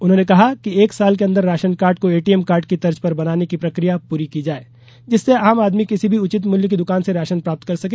उन्होंने कहा कि एक साल के अन्दर राशन कार्ड को एटीएम कार्ड की तर्ज पर बनाने की प्रक्रिया पूरी की जाये जिससे आम आदमी किसी भी उचित मूल्य की दुकान से राशन प्राप्त कर सके